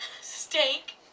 steak